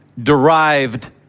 derived